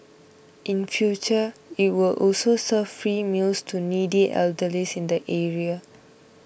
in future it will also serve free meals to needy elderly the area